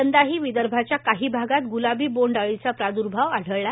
यंदाही विदर्भाच्या काही भागात ग्लाबी बोंड अळीचा प्रादुर्भाव आढळला